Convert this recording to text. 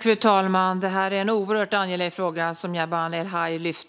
Fru talman! Jamal El-Haj lyfter upp en oerhört angelägen fråga. Det